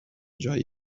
جایی